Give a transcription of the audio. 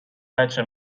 بچه